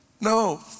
No